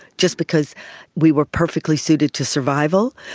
just because we were perfectly suited to survival,